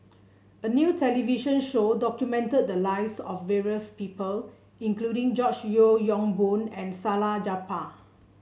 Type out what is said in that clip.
a new television show documented the lives of various people including George Yeo Yong Boon and Salleh Japar